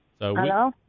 Hello